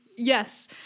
Yes